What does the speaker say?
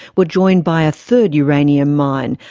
were joined by a third uranium mine,